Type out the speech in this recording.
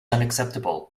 unacceptable